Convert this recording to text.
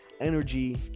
energy